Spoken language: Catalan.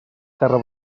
terra